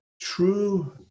true